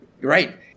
Right